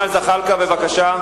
זחאלקה, בבקשה.